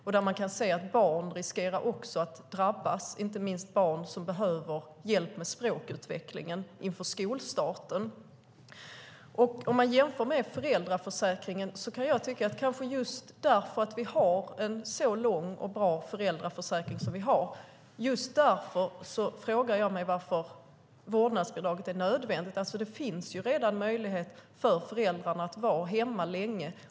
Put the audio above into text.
Vi kan se att barn också riskerar att drabbas, inte minst barn som behöver hjälp med språkutvecklingen inför skolstarten. När det gäller föräldraförsäkringen frågar jag mig varför vårdnadsbidraget är nödvändigt, just eftersom vi har en så lång och bra föräldraförsäkring. Det finns ju redan möjlighet för föräldrarna att vara hemma länge.